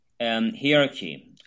Hierarchy